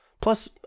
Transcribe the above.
Plus